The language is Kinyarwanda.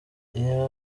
ibi